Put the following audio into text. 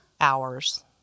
Hours